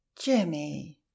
Jimmy